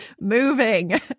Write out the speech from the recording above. moving